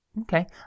Okay